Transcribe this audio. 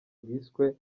bwiswe